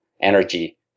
energy